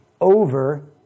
over